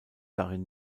darin